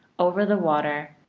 over the water,